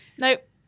Nope